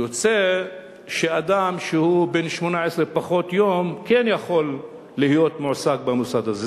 יוצא שאדם שהוא בן 18 פחות יום כן יכול להיות מועסק במוסד הזה.